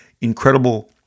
incredible